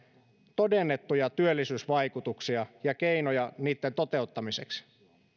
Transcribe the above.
todennettuja työllisyysvaikutuksia ja keinoja niitten toteuttamiseksi